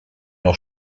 noch